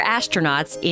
astronauts